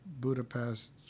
budapest